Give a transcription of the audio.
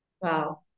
Wow